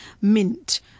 mint